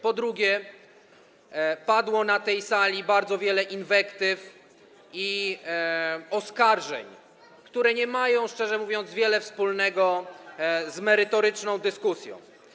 Po drugie, padło na tej sali bardzo wiele inwektyw i oskarżeń, które nie mają, szczerze mówiąc, wiele wspólnego z merytoryczną dyskusją.